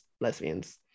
lesbians